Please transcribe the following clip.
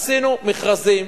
עשינו מכרזים